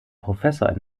professor